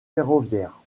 ferroviaire